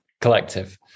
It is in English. collective